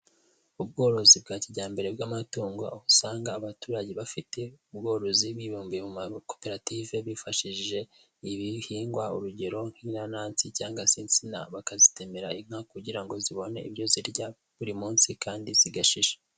Ubworozi bwa kijyambere bw'amatungo, aho usanga abaturage bafite ubworozi bibumbiye mu makoperative, bifashishije ibihingwa urugero nk'inanansi cyangwa se insina bakazitemera inka kugira ngo zibone ibyo zirya buri munsi kandi zigashisha.